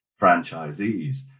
franchisees